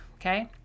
Okay